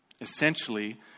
Essentially